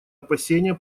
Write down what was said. опасения